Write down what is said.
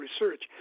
research